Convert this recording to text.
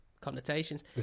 connotations